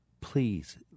Please